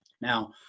Now